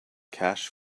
cash